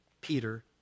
Peter